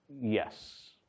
yes